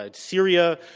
ah syria,